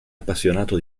appassionato